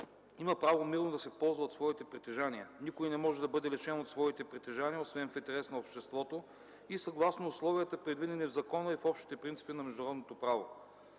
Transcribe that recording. има право мирно да се ползва от своите притежания. Никой не може да бъде лишен от своите притежания освен в интерес на обществото и съгласно условията, предвидени в закона и в общите принципи на международното право.